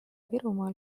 virumaal